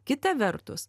kita vertus